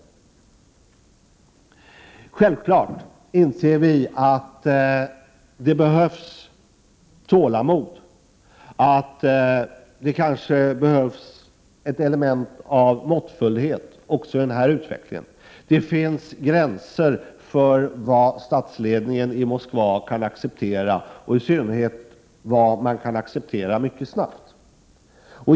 Självfallet inser vi att det behövs tålamod, att det kanske behövs ett element av måttfullhet även i den här utvecklingen. Det finns gränser för vad statsledningen i Moskva kan acceptera, och i synnerhet för vad man kan acceptera mycket snabbt.